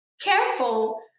careful